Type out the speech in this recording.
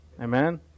Amen